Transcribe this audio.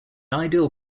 ideal